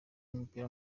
w’umupira